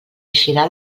eixirà